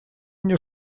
мне